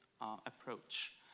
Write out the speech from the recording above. approach